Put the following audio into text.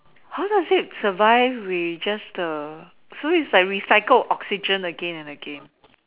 how does it survive with just uh so it's like recycled oxygen again and again